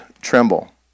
tremble